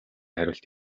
хариулт